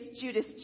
Judas